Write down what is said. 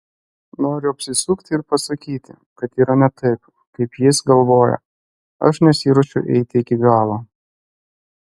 noriu apsisukti ir pasakyti kad yra ne taip kaip jis galvoja aš nesiruošiu eiti iki galo